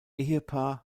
ehepaar